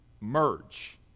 merge